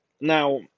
Now